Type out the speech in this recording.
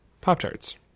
Pop-Tarts